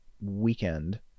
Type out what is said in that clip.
weekend